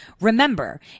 remember